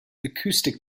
acoustic